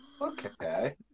Okay